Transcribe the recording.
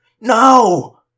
No